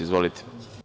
Izvolite.